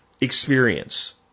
experience